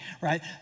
right